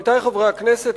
עמיתי חברי הכנסת,